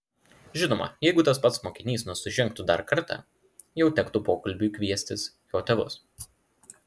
žinoma jeigu tas pats mokinys nusižengtų dar kartą jau tektų pokalbiui kviestis jo tėvus